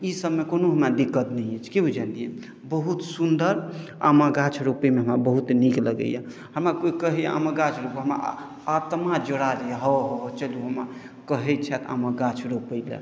ई सभमे कोनो हमरा दिक्कत नहि अछि कि बुझलियै बहुत सुन्दर आमक गाछ रोपैमे हमरा बहुत नीक लगैए हमरा कोइ कहैए आमक गाछ रोपब आत्मा जुड़ा जाइए हऽ हऽ हऽ चलू हमरा कहैत छथि आमक गाछ रोपयलेल